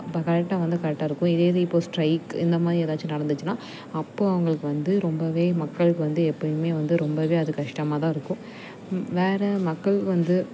இப்போ கரெக்டாக வந்து கரெக்டாக இருக்கும் இதே இது இப்போ ஸ்ட்ரைக் இந்த மாதிரி எதாச்சும் நடந்துச்சுன்னா அப்போ அவங்களுக்கு வந்து ரொம்பவே மக்களுக்கு வந்து எப்பையுமே வந்து ரொம்பவே அது கஷ்டமாக தான் இருக்கும் ம் வேறு மக்கள் வந்து